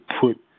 put